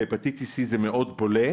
בהפטיטיס C זה מאוד בולט,